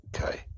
Okay